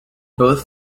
both